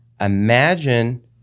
imagine